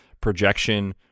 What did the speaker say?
projection